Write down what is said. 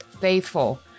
Faithful